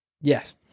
Yes